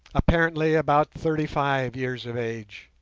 apparently about thirty-five years of age.